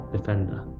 Defender